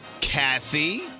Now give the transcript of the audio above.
Kathy